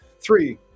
three